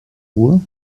ruhr